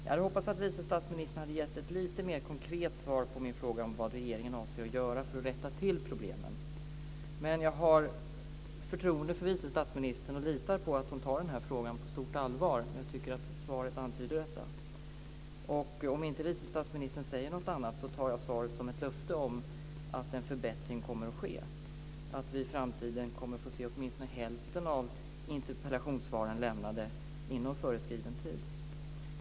Jag hade hoppats att vice statsministern skulle ge ett lite mer konkret svar på min fråga om vad regeringen avser att göra för att rätta till problemen, men jag har förtroende för vice statsministern och litar på att hon tar den här frågan på stort allvar. Jag tycker att svaret antyder detta. Om inte vice statsministern säger något annat tar jag svaret som ett löfte om att en förbättring kommer att ske och att vi i framtiden kommer att få se åtminstone hälften av interpellationssvaren lämnade inom föreskriven tid.